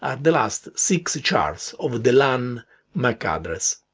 ah the last six chars of the lan mac address.